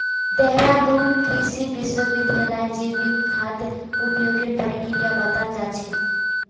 देहरादून कृषि विश्वविद्यालयत जैविक खाद उपयोगेर प्रक्रिया बताल जा छेक